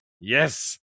Yes